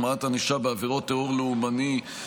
החמרת ענישה בעבירות טרור לאומני),